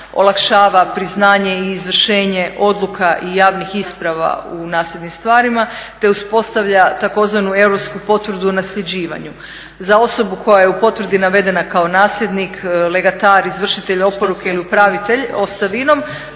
olakšava priznanje i izvršenje odluka i javnim isprava u nasljednim stvarima te uspostavlja tzv. Europsku potvrdu o nasljeđivanju. Za osobu koja je u potvrdi navedena kao nasljednik, legatar, izvršitelj odluke ili upravitelj ostavinom